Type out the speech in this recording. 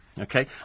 Okay